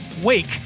wake